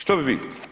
Što bi vi?